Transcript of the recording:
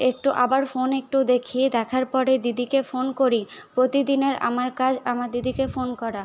একটু আবার ফোন একটু দেখি দেখার পরে দিদিকে ফোন করি প্রতিদিনের আমার কাজ আমার দিদিকে ফোন করা